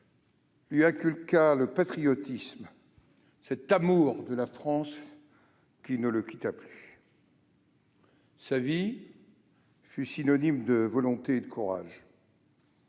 lui inculqua le patriotisme, cet amour de la France qui ne le quitta plus. Sa vie fut synonyme de volonté et de courage.